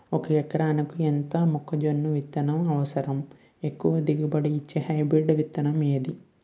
ఒక ఎకరాలకు ఎంత మొక్కజొన్న విత్తనాలు అవసరం? ఎక్కువ దిగుబడి ఇచ్చే హైబ్రిడ్ విత్తనం ఏది?